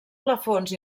plafons